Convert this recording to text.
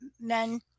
men